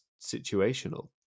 situational